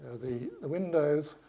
the windows,